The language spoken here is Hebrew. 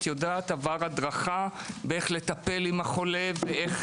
את יודעת שכל אחד עבר הדרכה - איך לטפל בחולה ואיך